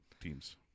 teams